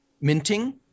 minting